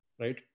right